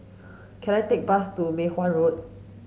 can I take a bus to Mei Hwan Road